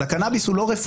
אז הקנאביס הוא לא רפואי.